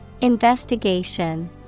Investigation